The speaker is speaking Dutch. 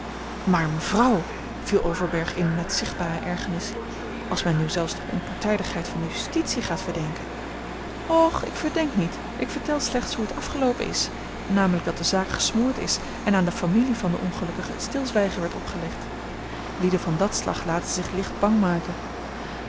maar mevrouw viel overberg in met zichtbare ergernis als men nu zelfs de onpartijdigheid van de justitie gaat verdenken och ik verdenk niet ik vertel slechts hoe t afgeloopen is namelijk dat de zaak gesmoord is en aan de familie van den ongelukkige het stilzwijgen werd opgelegd lieden van dat slag laten zich licht bang maken